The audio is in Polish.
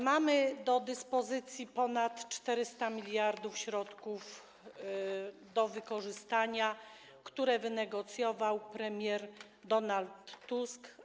Mamy do dyspozycji ponad 400 mld, to środki do wykorzystania, które wynegocjował premier Donald Tusk.